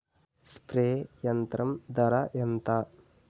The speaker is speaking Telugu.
స్ప్రే యంత్రం ధర ఏంతా?